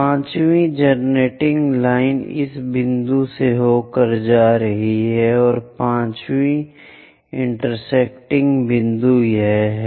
5 वीं generator line इस बिंदु से होकर गुजर रही है और 5 वीं एक इंटेरसेक्टिंग बिंदु है